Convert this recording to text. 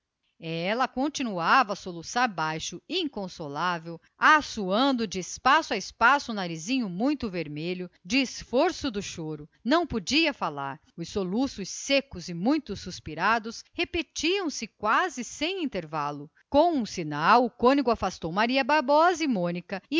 voltou continuava a chorar inconsolável assoando de espaço a espaço o narizinho agora vermelho do esforço do pranto não podia falar os soluços secos e muito suspirados repetiam se quase sem intervalo com um sinal o cônego afastou maria bárbara